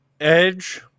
edge